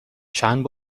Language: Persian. چند